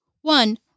One